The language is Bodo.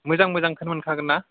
मोजां मोजांखौनो मोनखागोन ना